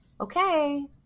okay